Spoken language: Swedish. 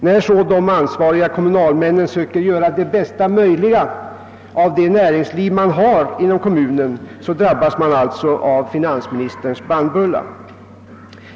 När så de ansvariga kommunalmännen försöker göra det bästa möjliga av det näringsliv som finns inom kommunen drabbas de alltså av finansministerns bannbulla.